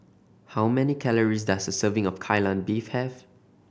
how many calories does a serving of Kai Lan Beef have